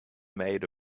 made